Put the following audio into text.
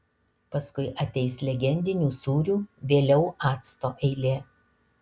paskui ateis legendinių sūrių vėliau acto eilė